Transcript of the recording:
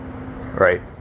Right